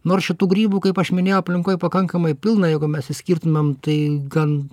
nors šitų grybų kaip aš minėjau aplinkoj pakankamai pilna jeigu mes išskirtumėm tai gan